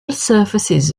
surfaces